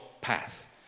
path